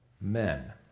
men